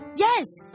Yes